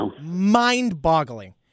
mind-boggling